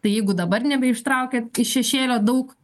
tai jeigu dabar nebeištraukiat iš šešėlio daug